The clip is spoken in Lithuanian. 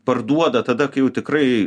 parduoda tada kai jau tikrai